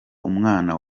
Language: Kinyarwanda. umwana